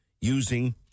using